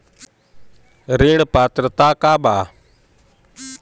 ऋण पात्रता का बा?